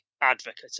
advocate